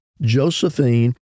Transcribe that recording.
Josephine